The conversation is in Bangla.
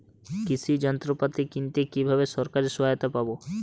কৃষি যন্ত্রপাতি কিনতে কিভাবে সরকারী সহায়তা পাব?